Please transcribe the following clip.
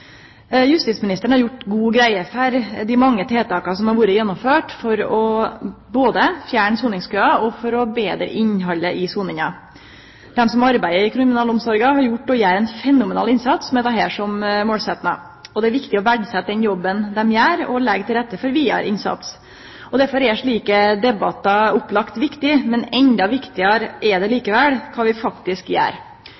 Justisministeren har gjort god greie for alle dei tiltaka som er gjennomførte for både å fjerne soningskøen og å betre innhaldet i soninga. Dei som arbeider i kriminalomsorga, har gjort, og gjer, ein fenomenal innsats med dette som målsetjing. Det er viktig å verdsetje den jobben dei gjer, og leggje til rette for vidare innsats. Derfor er slike debattar heilt klart viktig, men endå meir viktig er det